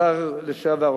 השר לשעבר,